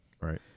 Right